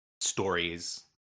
stories